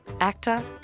actor